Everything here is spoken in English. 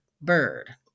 bird